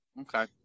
Okay